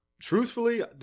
truthfully